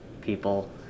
people